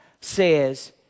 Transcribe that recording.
says